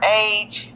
age